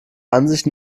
ansicht